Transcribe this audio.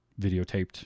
videotaped